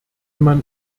man